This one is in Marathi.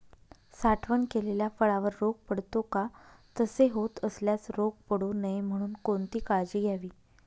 साठवण केलेल्या फळावर रोग पडतो का? तसे होत असल्यास रोग पडू नये म्हणून कोणती काळजी घ्यावी?